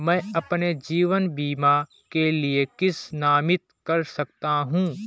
मैं अपने जीवन बीमा के लिए किसे नामित कर सकता हूं?